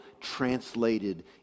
translated